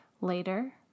later